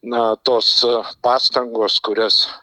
na tos pastangos kurias